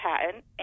patent